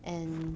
and